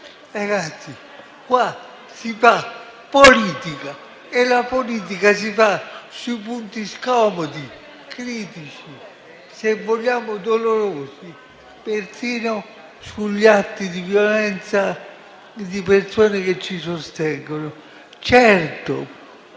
cultura. Qui si fa politica e la politica la si fa sui punti scomodi, critici, se vogliamo dolorosi, perfino sugli atti di violenza contro persone che ci sostengono.